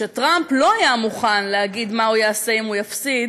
כשטראמפ לא היה מוכן להגיד מה הוא יעשה אם הוא יפסיד,